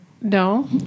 No